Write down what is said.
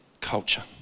culture